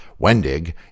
Wendig